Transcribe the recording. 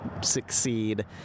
succeed